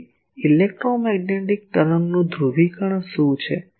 તેથી ઇલેક્ટ્રોમેગ્નેટિક તરંગનું નું ધ્રુવીકરણ શું છે